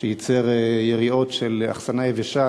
שייצר יריעות של אחסנה יבשה